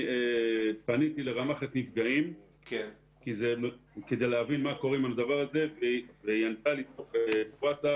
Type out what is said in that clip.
פניתי לרמ"ח נפגעים כדי להבין מה קורה עם הדבר הזה והיא ענתה לי בווטסאפ